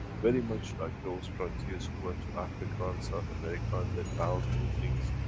very much like those frontiers, who went to africa, and south america, and they found new things,